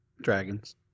dragons